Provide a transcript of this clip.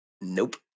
Nope